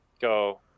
go